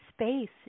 space